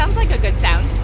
um like a good sound